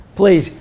please